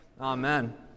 Amen